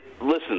listen